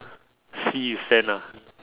sea with sand lah